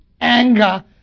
anger